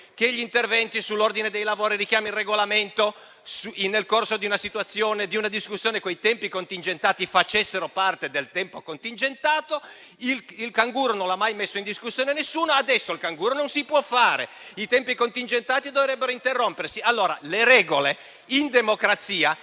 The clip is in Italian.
che gli interventi sull'ordine dei lavori, i richiami al regolamento nel corso di una discussione con i tempi contingentati facessero parte del tempo contingentato, il sistema del canguro, non lo ha mai messo in discussione nessuno. Adesso il canguro non si può fare e i tempi contingentati dovrebbero interrompersi. Le regole in democrazia